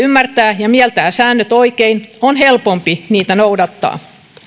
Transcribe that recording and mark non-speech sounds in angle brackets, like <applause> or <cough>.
<unintelligible> ymmärtää ja mieltää säännöt oikein on helpompi niitä noudattaa